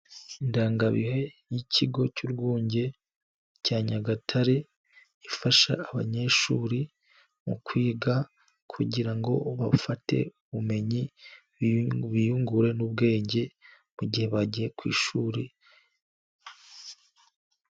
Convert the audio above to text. Indangabihe y'ikigo cy'urwunge cya Nyagatare, ifasha abanyeshuri mu kwiga, kugira ngo bafate ubumenyi biyungure n'ubwenge mu gihe bagiye ku ishuri.